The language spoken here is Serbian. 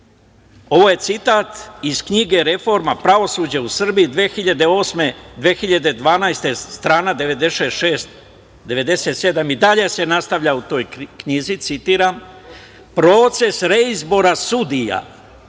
je citat iz knjige „ Reforma pravosuđa u Srbiji 2008. – 2012. godine“, str.96, 97 i dalje se nastavlja u toj knjizi, citiram – proces reizbora sudija